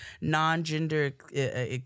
non-gender